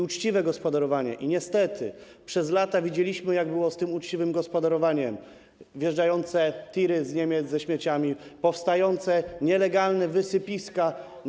Uczciwe gospodarowanie, a niestety przez lata widzieliśmy, jak było z tym uczciwym gospodarowaniem: wjeżdżające z Niemiec TIR-y ze śmieciami, powstające nielegalne wysypiska.